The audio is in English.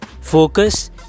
focus